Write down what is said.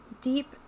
deep